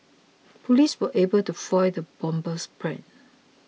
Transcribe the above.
police were able to foil the bomber's plans